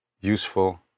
useful